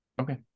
Okay